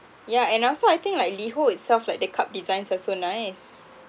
yeah and also I think like Liho itself like the cup designs are so nice